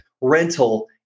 rental